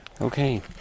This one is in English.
Okay